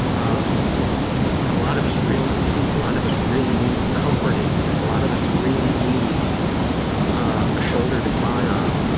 um a lot of us really do. a lot of us really need comforting, a lot of us really need a a shoulder to cry on.